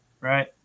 Right